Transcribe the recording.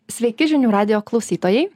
sveiki žinių radijo klausytojai